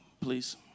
please